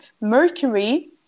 Mercury